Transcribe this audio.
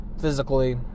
physically